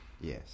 Yes